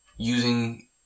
using